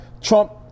Trump